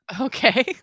Okay